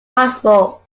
possible